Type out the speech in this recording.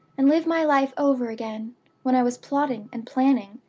and live my life over again when i was plotting and planning,